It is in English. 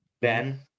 ben